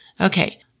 Okay